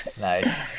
Nice